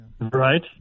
Right